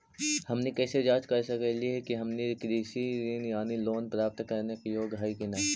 हमनी कैसे जांच सकली हे कि हमनी कृषि ऋण यानी लोन प्राप्त करने के योग्य हई कि नहीं?